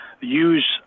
use